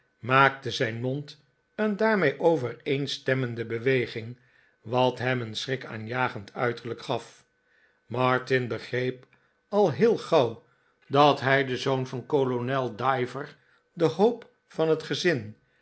maakte zijn mond een daarmee overeenstemmende beweging wat hem een schrikaanjagend uiterlijk gaf martin begreep al heel gauw dat hij den zoon van kolonel diver de hoop van het gezin